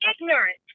ignorant